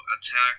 attack